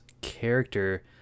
character